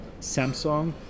Samsung